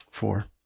four